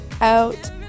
out